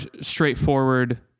straightforward